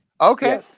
Okay